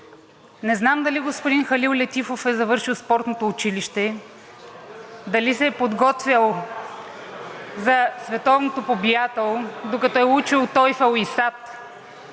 Не знам дали господин Халил Летифов е завършил Спортното училище, дали се е подготвял за Световното по биатлон, докато е учел TOEFL и SAT?